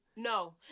No